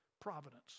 Providence